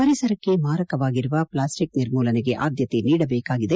ಪರಿಸರಕ್ಕೆ ಮಾರಕವಾಗಿರುವ ಪ್ಲಾಸ್ವಿಕ್ ನಿರ್ಮೂಲನೆಗೆ ಆದ್ಯತೆ ನೀಡಬೇಕಾಗಿದೆ